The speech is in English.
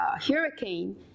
hurricane